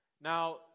Now